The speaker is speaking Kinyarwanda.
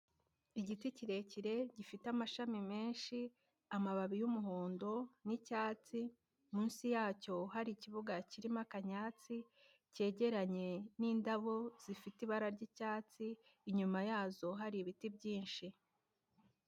Igiti kirekire gifite amashami menshi, amababi y'umuhondo n'icyatsi, munsi yacyo hari ikibuga kirimo akayatsi cyegeranye n'indabo zifite ibara ry'icyatsi, inyuma yazo hari ibiti byinshi.